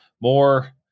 more